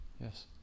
Yes